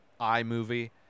iMovie